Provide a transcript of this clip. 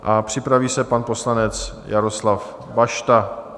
A připraví se pan poslanec Jaroslav Bašta.